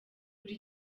buri